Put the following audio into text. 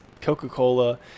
coca-cola